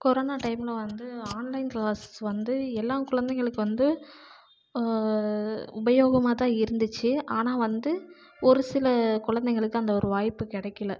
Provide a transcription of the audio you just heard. corona டைம்ல வந்து online class வந்து எல்லா குழந்தைங்களுக்கு வந்து உபயோகமாகதான் இருந்திச்சு ஆனால் வந்து ஒரு சில குழந்தைங்களுக்கு அந்த ஒரு வாய்ப்பு கிடைக்கல